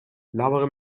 labere